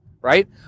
right